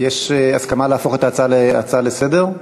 יש הסכמה להפוך את ההצעה להצעה לסדר-היום?